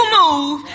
move